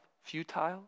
futile